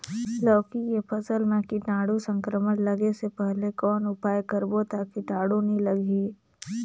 लौकी के फसल मां कीटाणु संक्रमण लगे से पहले कौन उपाय करबो ता कीटाणु नी लगही?